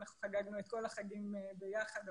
אנחנו חגגנו את כל החגים ביחד,